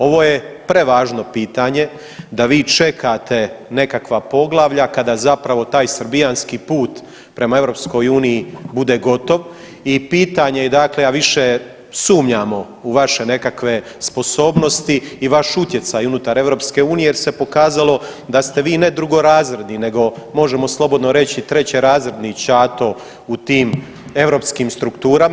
Ovo je prevažno pitanje da vi čekate nekakva poglavlja kada zapravo taj srbijanski put prema EU bude gotov i pitanje je dakle, a više sumnjamo u vaše nekakve sposobnosti i vaš utjecaj unutar EU jer se pokazalo da ste vi ne drugorazredni nego možemo slobodno reći i trećerazredni ćato u tim europskim strukturama.